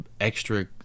extra